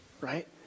right